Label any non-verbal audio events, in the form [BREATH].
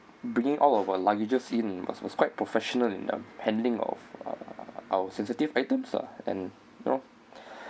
bringing all of our luggages in was was quite professional in the handling of our sensitive items lah and you know [BREATH]